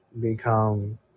become